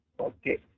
Okay